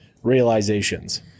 Realizations